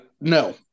no